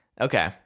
Okay